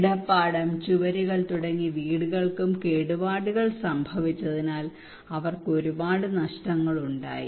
കിടപ്പാടം ചുവരുകൾ തുടങ്ങി വീടുകൾക്കും കേടുപാടുകൾ സംഭവിച്ചതിനാൽ അവർക്ക് ഒരുപാട് നഷ്ടങ്ങളുണ്ടായി